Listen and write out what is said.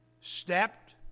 stepped